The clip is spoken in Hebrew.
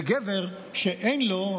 וגבר שאין לו,